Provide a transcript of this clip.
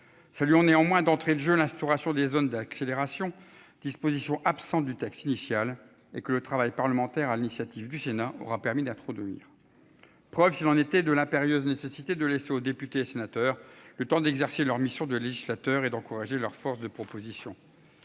Ça lui ont néanmoins d'entrée de jeu l'instauration des zones d'accélération disposition absent du texte initial et que le travail parlementaire, à l'initiative du Sénat aura permis d'introduire. Preuve s'il en était de l'impérieuse nécessité de laisser aux députés et sénateurs, le temps d'exercer leur mission de législateur est d'encourager leur force de propositions.